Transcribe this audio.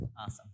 awesome